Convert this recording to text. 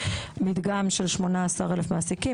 מדגם של 18,000 מעסיקים,